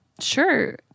Sure